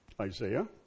Isaiah